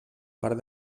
part